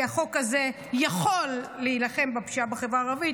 כי החוק הזה יכול להילחם בפשיעה בחברה הערבית.